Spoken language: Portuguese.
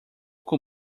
com